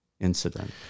incident